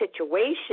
situation